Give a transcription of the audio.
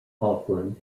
auckland